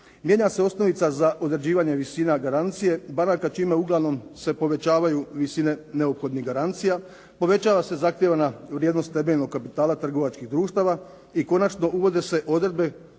Mijenja se osnovica za određivanje visina garancije banaka čime uglavnom se povećavaju visine neophodnih garancija. Povećava se zahtijevana vrijednost temeljnog kapitala trgovačkih društava. I konačno, uvode se odredbe